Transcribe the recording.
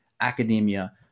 academia